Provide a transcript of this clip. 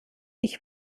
ich